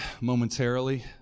momentarily